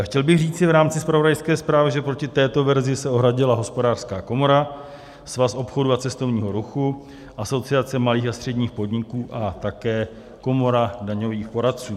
Chtěl bych říci v rámci zpravodajské zprávy, že proti této verzi se ohradila Hospodářská komora, Svaz obchodu a cestovního ruchu, Asociace malých a středních podniků a také Komora daňových poradců.